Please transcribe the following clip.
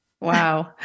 Wow